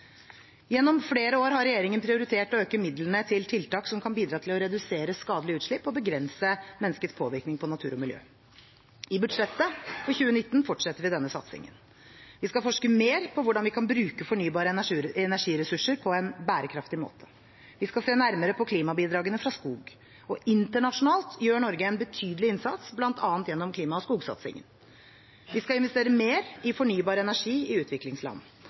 Gjennom flere år har regjeringen prioritert å øke midlene til tiltak som kan bidra til å redusere skadelige utslipp og begrense menneskets påvirkning på natur og miljø. I budsjettet for 2019 fortsetter vi denne satsingen. Vi skal forske mer på hvordan vi kan bruke fornybare energiressurser på en bærekraftig måte. Vi skal se nærmere på klimabidragene fra skog, og internasjonalt gjør Norge en betydelig innsats bl.a. gjennom klima- og skogsatsingen. Vi skal investere mer i fornybar energi i utviklingsland,